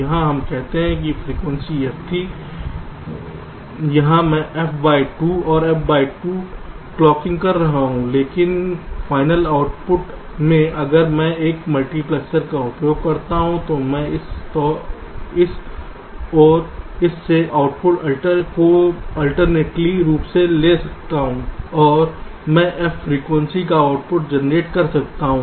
यहाँ हम कहते हैं कि फ़्रीक्वेंसी f थी यहाँ मैं f बाय 2 और f बाय 2 पर क्लॉकिंग कर रहा हूँ लेकिन फाइनल आउटपुट में अगर मैं एक मल्टीप्लेक्सर का उपयोग करता हूँ तो मैं इस और इस से आउटपुट कोअल्टरनेटली रूप से ले सकता हूँ और मैं f फ्रिकवेंसी का आउटपुट जनरेट कर सकता हूं